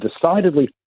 decidedly